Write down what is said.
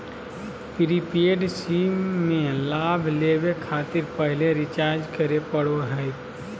prepaid SIM में लाभ लेबे खातिर पहले रिचार्ज करे पड़ो हइ